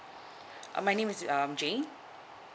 uh my name is um jane